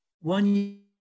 one